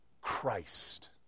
Christ